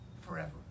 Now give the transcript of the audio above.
forever